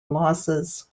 losses